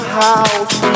house